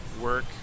work